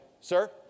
Sir